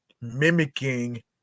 mimicking